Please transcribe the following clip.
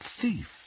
thief